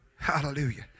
Hallelujah